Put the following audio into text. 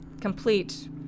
complete